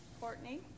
Courtney